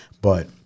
But-